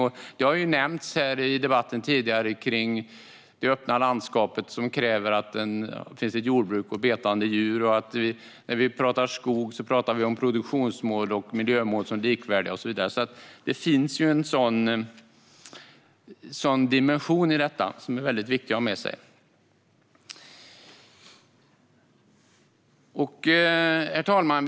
Till exempel har det tidigare i debatten nämnts att det krävs jordbruk och betande djur för ett öppet landskap, och när det gäller skogen talar vi om produktionsmål och miljömål som likvärdiga - och så vidare. Denna dimension är viktig att ha med sig. Herr talman!